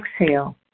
Exhale